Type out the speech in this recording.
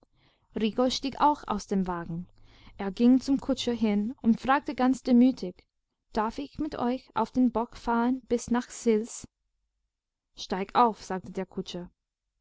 stieg auch aus dem wagen er ging zum kutscher hin und fragte ganz demütig darf ich mit euch auf dem bock fahren bis nach sils steig auf sagte der kutscher